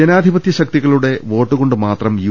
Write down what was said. ജനാധിപത്യ ശക്തികളുടെ വോട്ടു കൊണ്ടു മാത്രം യു